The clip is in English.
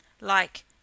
like